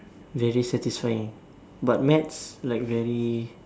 very satisfying but maths like very